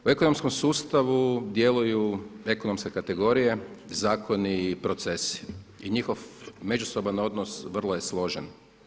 U ekonomskom sustavu djeluju ekonomske kategorije, zakoni i procesi i njihov međusoban odnos vrlo je složen.